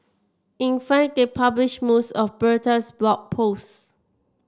in fact they published most of Bertha's Blog Posts